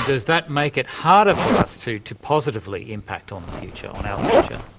does that make it harder for us to to positively impact on the future, on our future?